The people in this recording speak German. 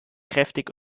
kräftig